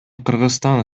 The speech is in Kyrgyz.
кыргызстан